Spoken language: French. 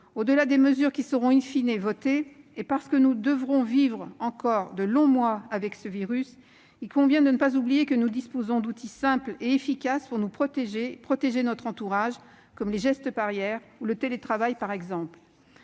Au-delà des mesures qui seront votées, et parce que nous devrons vivre encore de longs mois avec ce virus, il convient de ne pas oublier que nous disposons d'outils simples et efficaces pour nous protéger et protéger notre entourage, comme les gestes barrières ou le télétravail par exemple.